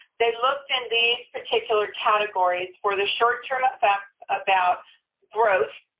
they looked in these particular categories for the short-term effects about growth,